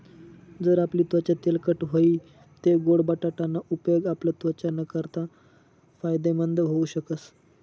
जर आपली त्वचा तेलकट व्हयी तै गोड बटाटा ना उपेग आपला त्वचा नाकारता फायदेमंद व्हऊ शकस